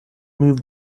move